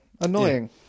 Annoying